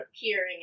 peering